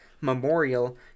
Memorial